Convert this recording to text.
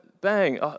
bang